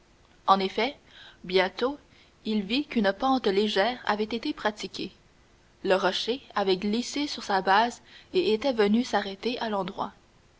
en effet bientôt il vit qu'une pente légère avait été pratiquée le rocher avait glissé sur sa base et était venu s'arrêter à l'endroit